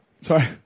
sorry